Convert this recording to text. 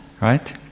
right